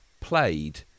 played